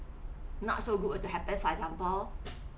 not so good for example